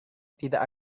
tidak